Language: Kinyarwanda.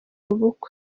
ubukwe